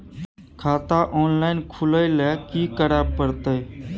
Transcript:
खाता ऑनलाइन खुले ल की करे परतै?